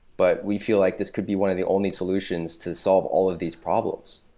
but we feel like this could be one of the only solutions to solve all of these problems.